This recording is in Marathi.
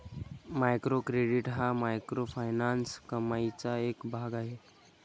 मायक्रो क्रेडिट हा मायक्रोफायनान्स कमाईचा एक भाग आहे